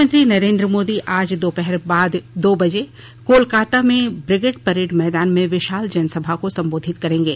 प्रधानमंत्री नरेन्द्र मोदी आज दोपहर बाद दो बजे कोलकाता में ब्रिगेड परेड मैदान में विशाल जनसभा को संबोधित करेंगे